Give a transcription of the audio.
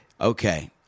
Okay